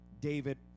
David